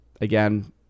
again